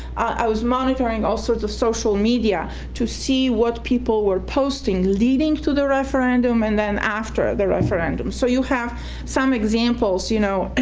i was monitoring all sorts of social media to see what people were posting leading to the referendum and then after ah the referendum, so you have some examples, you know, and